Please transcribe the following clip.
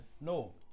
no